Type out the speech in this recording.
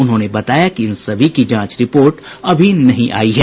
उन्होंने बताया कि इन सभी की जांच रिपोर्ट अभी नहीं आयी है